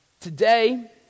Today